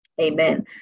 Amen